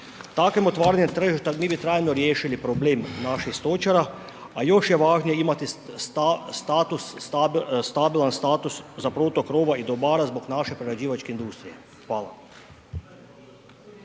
Takvim otvaranjem tržišta mi bi trajno riješili problem naših stočara, a još je važnije imati status, stabilan status za protok roba i dobara zbog naše prerađivačke industrije. Hvala.